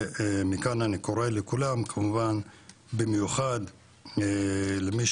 מכאן, אני קורא לכולם כמובן, במיוחד למי